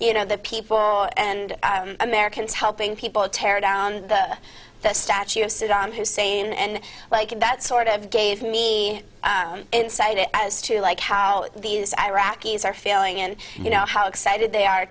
you know the people and americans helping people tear down the statue of saddam hussein and like that sort of gave me insight as to like how these iraqis are feeling and you know how excited they are